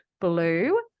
blue